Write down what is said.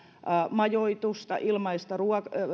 majoitusta ilmaista ruokaa